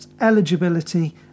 eligibility